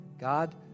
God